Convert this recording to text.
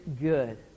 Good